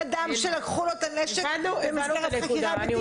אדם שלקחו לו את הנשק במסגרת חקירה פלילית,